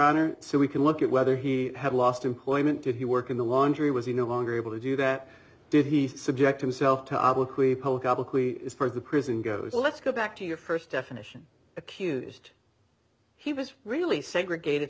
honor so we can look at whether he had lost employment did he work in the laundry was he no longer able to do that did he subject himself to obloquy for the prison goes let's go back to your first definition accused he was really segregate